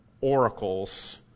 oracles